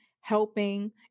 helping